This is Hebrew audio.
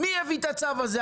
מי הביא את הצו הזה?